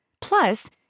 Plus